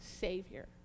Savior